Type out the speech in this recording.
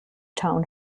town